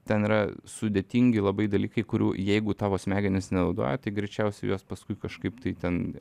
ten yra sudėtingi labai dalykai kurių jeigu tavo smegenys nenaudoja tai greičiausiai juos paskui kažkaip tai ten